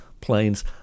planes